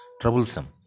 troublesome